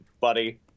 buddy